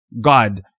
God